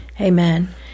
Amen